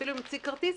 אפילו אם מציג כרטיס,